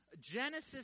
Genesis